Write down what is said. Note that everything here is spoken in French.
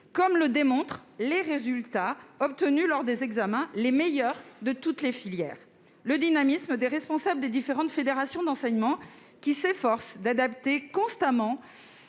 comme le démontrent les résultats obtenus lors des examens, les meilleurs de toutes les filières. Le dynamisme des responsables des différentes fédérations d'enseignement, qui s'efforcent d'adapter constamment